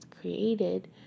created